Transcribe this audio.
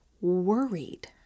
worried